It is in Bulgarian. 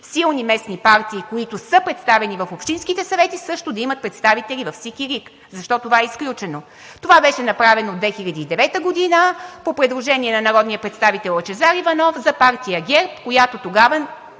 силни местни партии, които са представени в общинските съвети също да имат представители в СИК и РИК. Защо това е изключено? Това беше направено 2009 г. по предложение на народния представител Лъчезар Иванов за партия ГЕРБ, която тогава